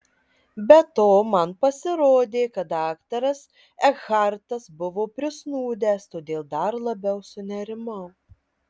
be to man pasirodė kad daktaras ekhartas buvo prisnūdęs todėl dar labiau sunerimau